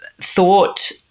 thought